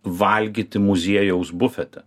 valgyti muziejaus bufete